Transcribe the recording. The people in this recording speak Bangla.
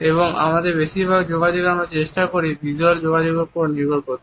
এবং আমাদের বেশিরভাগ যোগাযোগে আমরা চেষ্টা করি ভিজ্যুয়াল যোগাযোগের উপর নির্ভর করতে